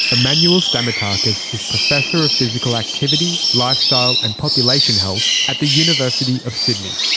emmanuel stamatakis is professor of physical activity, lifestyle and population health at the university of sydney.